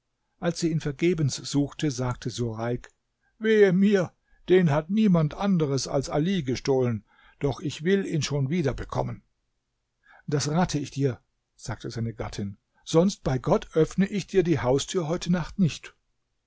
als sie ihn vergebens suchte sagte sureik wehe mir den hat niemand anderes als ali gestohlen doch ich will ihn schon wieder bekommen das rate ich dir sagte seine gattin sonst bei gott öffne ich dir die haustür heute nacht nicht